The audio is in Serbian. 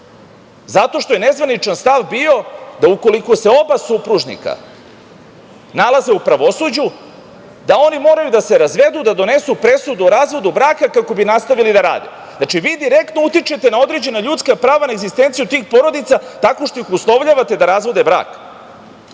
zato što je nezvaničan stav bio da ukoliko se oba supružnika nalaze u pravosuđu da oni moraju da se razvedu, da donesu presudu o razvodu braka kako bi nastavili da rade. Znači, vi direktno utičete na određena ljudska prava, na egzistenciju tih porodica tako što ih uslovljavate da razvode brak. Onda